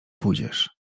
pójdziesz